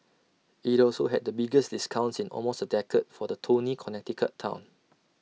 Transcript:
IT also had the biggest discounts in almost A decade for the Tony Connecticut Town